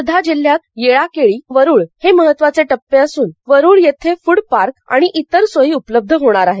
वर्धा जिल्ह्यात येळाकेळी वरूळ हे महत्वाचे टप्पे असून वरूळ इथं फुडपार्क आणि इतर सोयी उपलब्ध होणार आहेत